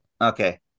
Okay